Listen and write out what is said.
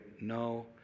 No